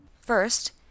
first